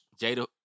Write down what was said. Jada